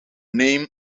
name